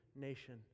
nation